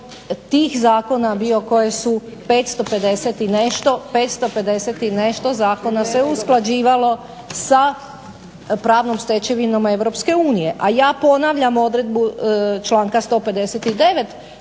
tih zakona bio koji su 550 i nešto zakona se usklađivalo sa pravnom stečevinom EU. A ja ponavljam odredbu članka 159.